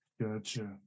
Gotcha